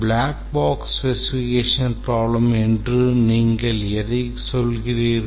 black box specification problem என்று நீங்கள் எதை சொல்கிறீர்கள்